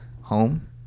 home